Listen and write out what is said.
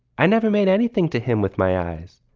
i never made anything to him with my eyes.